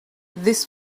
this